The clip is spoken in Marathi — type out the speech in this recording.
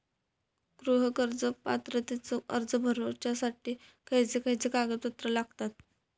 गृह कर्ज पात्रतेचो अर्ज भरुच्यासाठी खयचे खयचे कागदपत्र लागतत?